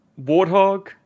Warthog